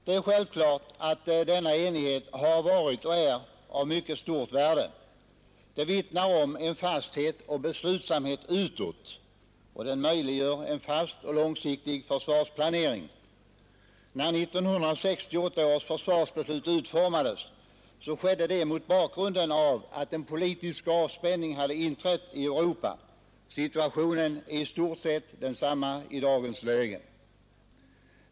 Det är självklart att denna enighet har varit och är av mycket stort värde. Den vittnar om en fasthet och beslutsamhet utåt och den möjliggör en fast och långsiktig försvarsplanering. När 1968 års försvarsbeslut utformades så skedde det mot bakgrunden av att en politisk avspänning hade inträtt i Europa. Situationen är i stort sett densamma i dag.